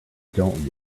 dont